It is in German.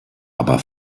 aber